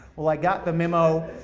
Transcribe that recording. well, i got the memo,